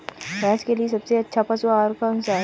भैंस के लिए सबसे अच्छा पशु आहार कौनसा है?